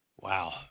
Wow